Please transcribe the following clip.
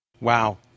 Wow